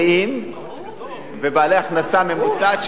הבריאים ובעלי ההכנסה הממוצעת,